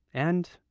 and,